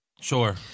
Sure